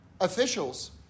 officials